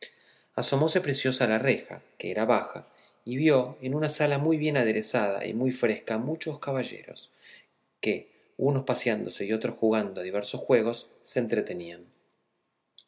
las gitanas asomóse preciosa a la reja que era baja y vio en una sala muy bien aderezada y muy fresca muchos caballeros que unos paseándose y otros jugando a diversos juegos se entretenían